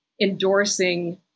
endorsing